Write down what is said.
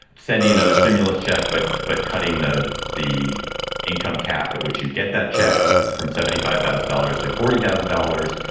sending another stimulus check. but but cutting the the income cap at which you'd get that check from seventy five thousand dollars to forty thousand dollars.